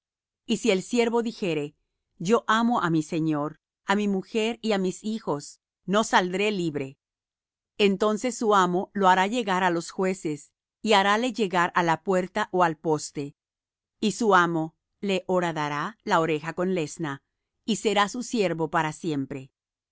y si el siervo dijere yo amo á mi señor á mi mujer y á mis hijos no saldré libre entonces su amo lo hará llegar á los jueces y harále llegar á la puerta ó al poste y su amo le horadará la oreja con lesna y será su siervo para siempre